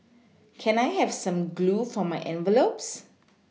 can I have some glue for my envelopes